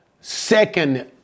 second